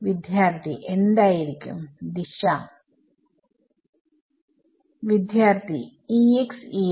വിദ്യാർത്ഥി എന്തായിരിക്കും ദിശ വിദ്യാർത്ഥി E x E y